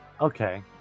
Okay